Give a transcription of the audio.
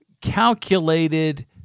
calculated